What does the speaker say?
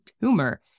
tumor